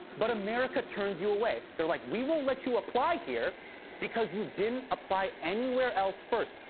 but america turns you away. they're like, we won't let you apply here because you didn't apply anywhere else first.